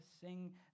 sing